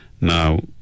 Now